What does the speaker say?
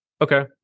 Okay